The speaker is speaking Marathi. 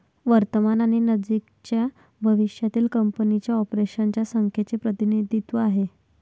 वर्तमान आणि नजीकच्या भविष्यातील कंपनीच्या ऑपरेशन्स च्या संख्येचे प्रतिनिधित्व आहे